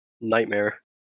Nightmare